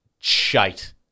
shite